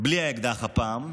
בלי האקדח הפעם,